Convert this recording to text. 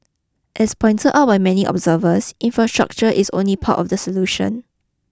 as pointer out by many observers infrastructure is only part of the solution